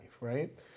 right